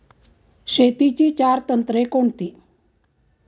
शेतीची चार तंत्रे कोणती?